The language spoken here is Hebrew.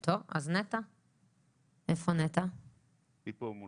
יודעת אם אתם שומעים או